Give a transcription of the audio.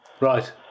Right